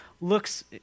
looks